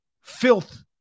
filth